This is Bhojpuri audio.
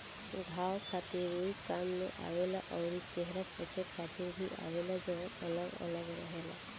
घाव खातिर रुई काम में आवेला अउरी चेहरा पोछे खातिर भी आवेला जवन अलग अलग रहेला